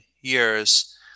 years